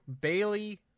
Bailey